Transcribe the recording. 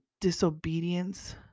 disobedience